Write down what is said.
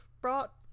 brought